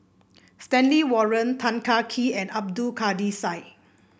Stanley Warren Tan Kah Kee and Abdul Kadir Syed